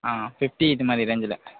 ஆ fifty இதுமாதிரி ரேஞ்சில்